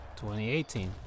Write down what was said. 2018